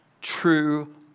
true